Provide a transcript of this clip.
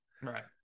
right